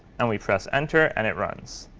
and we press enter, and it runs.